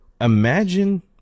Imagine